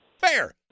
fair